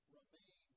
remain